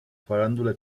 farándula